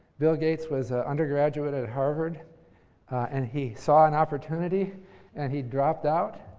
bill gates was an undergraduate at harvard and he saw an opportunity and he dropped out.